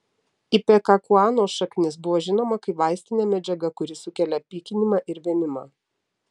ipekakuanos šaknis buvo žinoma kaip vaistinė medžiaga kuri sukelia pykinimą ir vėmimą